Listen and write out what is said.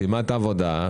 סיימה את העבודה,